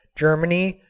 germany,